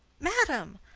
madam!